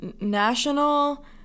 National